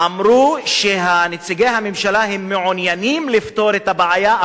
אמרו שנציגי הממשלה מעוניינים לפתור את הבעיה,